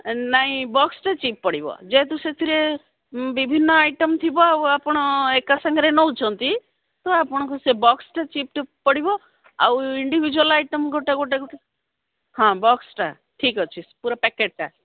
ନାଇଁ ବକ୍ସଟା ଚିପ୍ ପଡ଼ିବ ଯେହେତୁ ସେଥିରେ ବିଭିନ୍ନ ଆଇଟମ୍ ଥିବ ଆଉ ଆପଣ ଏକା ସାଙ୍ଗରେ ନେଉଛନ୍ତି ତ ଆପଣଙ୍କୁ ସେ ବକ୍ସଟା ଚିପ୍ ପଡ଼ିବ ଆଉ ଇଣ୍ଡିଭିଜୁଆଲ ଆଇଟମ୍ ଗୋଟେ ଗୋଟେ ହଁ ବକ୍ସଟା ଠିକ୍ ଅଛି ପୁରା ପ୍ୟାକେଟ୍ଟା